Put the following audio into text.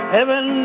Heaven